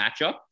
matchup